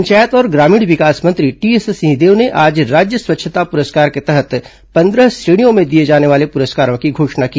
पंचायत और ग्रामीण विकास मंत्री टीएस सिंहदेव ने आज राज्य स्वच्छता पुरस्कार के तहत पंद्रह श्रेणियों में दिए जाने वाले पुरस्कारों की घोषणा की